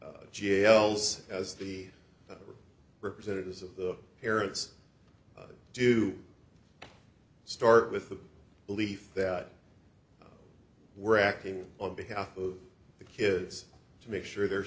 the jails as the representatives of the parents do start with the belief that we're acting on behalf of the kids to make sure they're